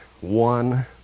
one